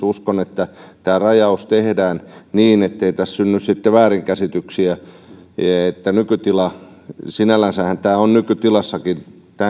uskon että huomisessa kuulemisessa tämä rajaus tehdään niin ettei tässä synny sitten väärinkäsityksiä sinällänsähän tämä on nykytilassakin